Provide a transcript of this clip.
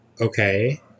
Okay